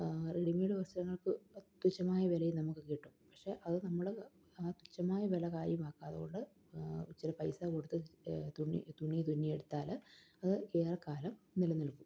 readymade വസ്ത്രങ്ങൾക്ക് തുച്ഛമായ വിലയില് നമുക്ക് കിട്ടും പക്ഷെ അത് നമ്മള് ആ തുച്ഛമായ വില കാര്യമാക്കാത്തതുകൊണ്ട് ഇത്തിരി പൈസ കൊടുത്ത് തുണി തുന്നിയെടുത്താല് അത് ഏറെക്കാലം നിലനിൽക്കും